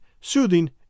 soothing